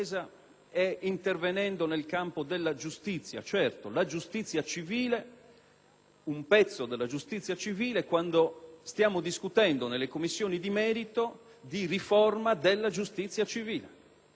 un pezzo della giustizia civile, proprio quando stiamo discutendo nelle Commissioni di merito di riforma della giustizia civile), mentre gli elementi che dovrebbero esserci per omogeneità di materia,